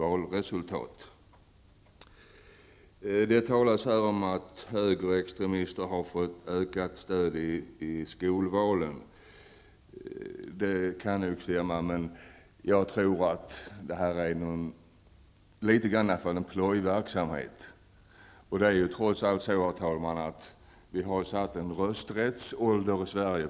Det talas här om att högerextremister har fått ett ökat stöd i skolvalen, och det kan stämma. Men jag tror att det litet grand är fråga om en plojverksamhet. Det är trots allt så, herr talman, att rösträtten i Sverige gäller från det att man är 18 år gammal.